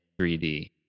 3D